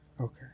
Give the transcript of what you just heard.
okay